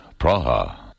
Praha